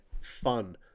fun